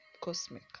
cosmic